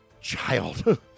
child